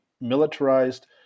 militarized